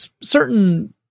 certain